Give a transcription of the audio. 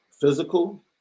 physical